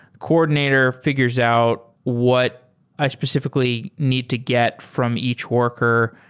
coordinator fi gures out what i specifi cally need to get from each worker,